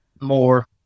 more